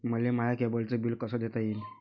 मले माया केबलचं बिल कस देता येईन?